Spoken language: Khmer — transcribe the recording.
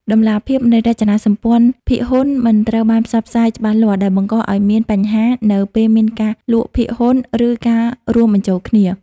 តម្លាភាពនៃរចនាសម្ព័ន្ធភាគហ៊ុនមិនត្រូវបានផ្សព្វផ្សាយច្បាស់លាស់ ដែលបង្កឱ្យមានបញ្ហានៅពេលមានការលក់ភាគហ៊ុន ឬការរួមបញ្ចូលគ្នា។